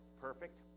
Perfect